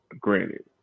Granted